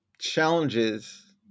challenges